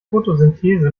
fotosynthese